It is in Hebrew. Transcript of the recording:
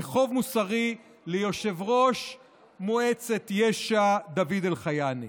וחוב מוסרי ליושב-ראש מועצת ישע דוד אלחייני.